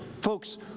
Folks